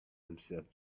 himself